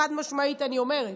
חד-משמעית אני אומרת,